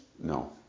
No